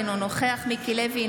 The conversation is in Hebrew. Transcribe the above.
אינו נוכח מיקי לוי,